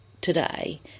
today